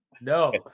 no